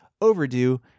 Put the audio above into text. overdue